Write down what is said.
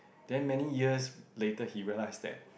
then many years later he realized that